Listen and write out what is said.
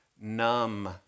numb